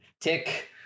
Tick